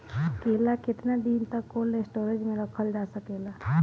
केला केतना दिन तक कोल्ड स्टोरेज में रखल जा सकेला?